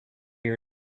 beard